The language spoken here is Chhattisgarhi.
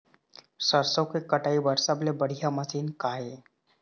सरसों के कटाई बर सबले बढ़िया मशीन का ये?